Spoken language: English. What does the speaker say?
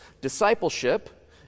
discipleship